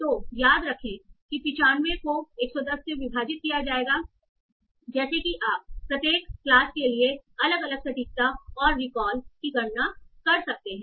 तो याद रखें कि 95 को 110 से विभाजित किया जाएगा जैसे कि आप प्रत्येक कक्षा के लिए अलग अलग सटीकता और रिकॉल की गणना कर सकते हैं